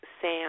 Sam